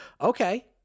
okay